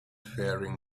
faring